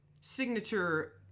signature